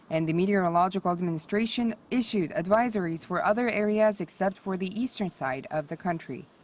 and the meteorological administration issued advisories for other areas except for the eastern side of the country.